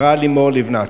השרה לימור לבנת,